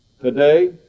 today